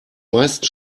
meisten